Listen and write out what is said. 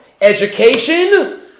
education